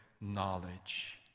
knowledge